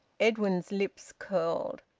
edwin's lips curled.